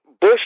Bush